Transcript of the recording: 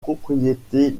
propriétés